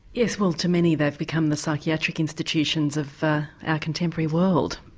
yes, well to many they've become the psychiatric institutions of our contemporary world.